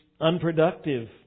unproductive